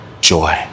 joy